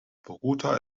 bogotá